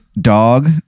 dog